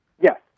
Yes